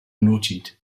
noted